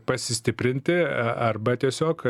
pasistiprinti arba tiesiog